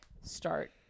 start